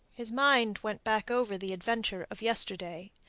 his mind went back over the adventure of yesterday,